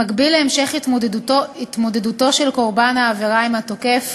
במקביל להמשך התמודדותו של קורבן העבירה עם התוקף,